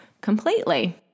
completely